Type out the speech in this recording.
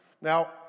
Now